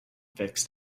fixed